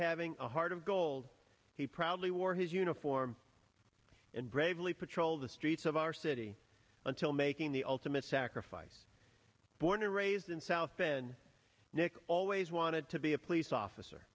having a heart of gold he proudly wore his uniform and bravely patrol the streets of our city until making the ultimate sacrifice born and raised in south bend nick always wanted to be a police officer